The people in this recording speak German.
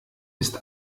ist